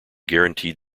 guaranteed